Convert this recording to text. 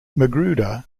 magruder